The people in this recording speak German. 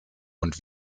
und